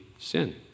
sin